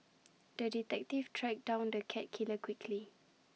the detective tracked down the cat killer quickly